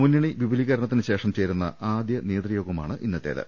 മുന്നണി വിപുലീകരണത്തിന് ശേഷം ചേരുന്ന ആദ്യ നേതൃയോഗമാണ് ഇന്ന ത്തേത്